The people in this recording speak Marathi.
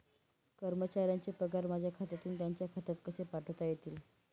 कर्मचाऱ्यांचे पगार माझ्या खात्यातून त्यांच्या खात्यात कसे पाठवता येतील?